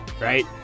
right